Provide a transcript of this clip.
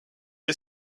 est